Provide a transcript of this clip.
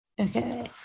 Okay